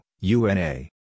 UNA